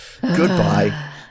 goodbye